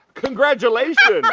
congratulations.